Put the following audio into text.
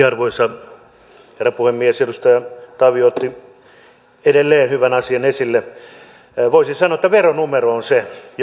arvoisa herra puhemies edustaja tavio otti edelleen hyvän asian esille voisi sanoa että veronumero on se joka